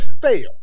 fail